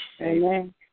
Amen